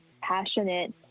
passionate